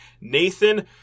Nathan